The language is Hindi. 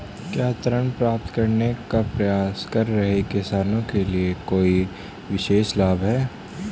क्या ऋण प्राप्त करने का प्रयास कर रहे किसानों के लिए कोई विशेष लाभ हैं?